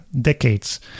decades